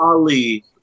Ali